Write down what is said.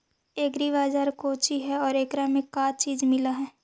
Agri Bazaar कोची हई और एकरा में का का चीज मिलै हई?